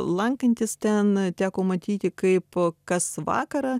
lankantis ten teko matyti kaip kas vakarą